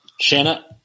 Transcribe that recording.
Shanna